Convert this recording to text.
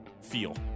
feel